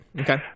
Okay